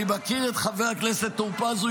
אני מכיר את חבר הכנסת טור פז.